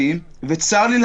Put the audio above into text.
לכן אנחנו אומרים